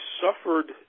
suffered